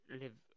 live